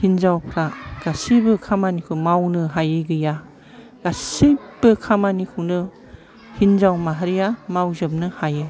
हिनजावफ्रा गासैबो खामानिखौ मावनो हायै गैया गासैबो खामानिखौनो हिनजाव माहारिया मावजोबनो हायो